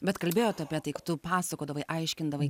bet kalbėjot apie tai tu pasakodavai aiškindavai